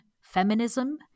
feminism